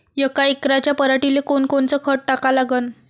यका एकराच्या पराटीले कोनकोनचं खत टाका लागन?